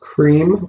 Cream